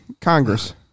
Congress